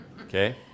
Okay